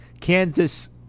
Kansas